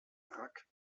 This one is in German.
rack